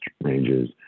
ranges